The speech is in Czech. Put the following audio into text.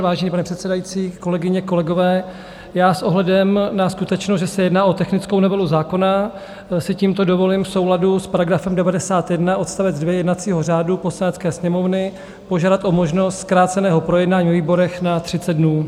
Vážený pane předsedající, kolegyně, kolegové, s ohledem na skutečnost, že se jedná o technickou novelu zákona, si tímto dovolím v souladu s § 91 odst. 2 jednacího řádu Poslanecké sněmovny požádat o možnost zkráceného projednání ve výborech na 30 dnů.